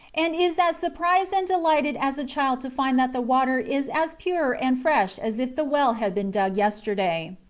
and is as surprised and delighted as a child to find that the water is as pure and fresh as if the well had been dug yesterday.